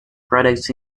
products